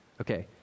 Okay